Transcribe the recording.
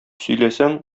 сөйләсәң